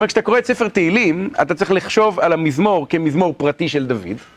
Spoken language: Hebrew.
רק כשאתה קורא את ספר תהילים, אתה צריך לחשוב על המזמור כמזמור פרטי של דוד.